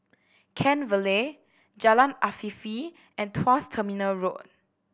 Kent Vale Jalan Afifi and Tuas Terminal Road